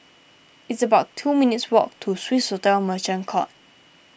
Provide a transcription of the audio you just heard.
it's about two minutes' walk to Swissotel Merchant Court